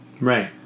right